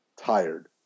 tired